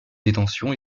détention